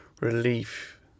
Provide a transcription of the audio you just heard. relief